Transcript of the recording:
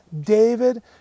David